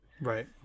right